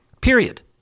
period